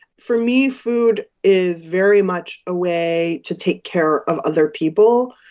for me, food is very much a way to take care of other people.